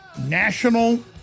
national